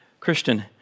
Christian